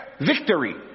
victory